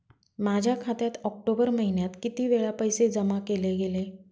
माझ्या खात्यात ऑक्टोबर महिन्यात किती वेळा पैसे जमा केले गेले?